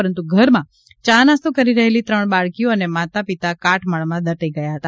પરંતુ ઘરમાં ચા નાસ્તો કરી રહેલી ત્રણ બાળકીઓ અને માતા પિતા કાટમાળમાં દટાઈ ગયા હતા